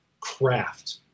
craft